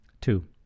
Two